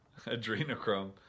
Adrenochrome